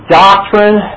doctrine